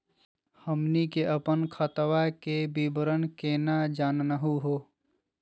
हमनी के अपन खतवा के विवरण केना जानहु हो?